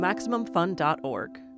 MaximumFun.org